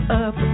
up